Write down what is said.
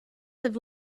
have